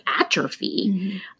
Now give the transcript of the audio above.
atrophy